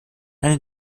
eine